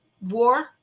war